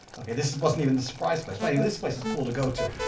ok, this wasn't even the surprise place. but anyway, this place is cool to go to.